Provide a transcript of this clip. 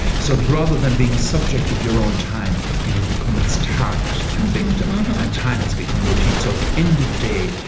so that rather than being a subject of your own time, you have become its target and victim, ah and time has become routine. so at the end of the day,